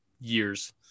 years